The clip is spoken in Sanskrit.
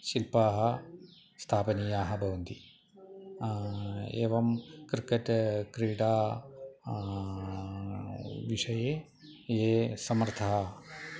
शिल्पाः स्थापनीयाः भवन्ति एवं क्रिक्केट् क्रीडा विषये ये समर्थः